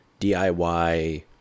diy